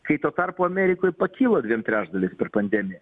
kai tuo tarpu amerikoj pakilo dviem trečdaliais per pandemiją